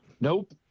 Nope